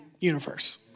universe